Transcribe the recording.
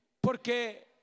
Porque